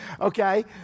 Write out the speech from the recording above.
okay